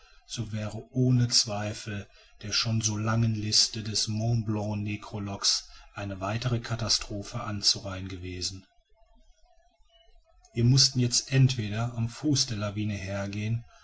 so wäre ohne zweifel der schon so langen liste des mont blanc nekrologs eine neue katastrophe anzureihen gewesen wir mußten jetzt entweder am fuß der lawine hergehen